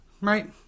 Right